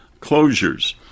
closures